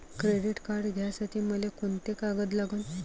Credit card घ्यासाठी मले कोंते कागद लागन?